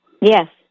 Yes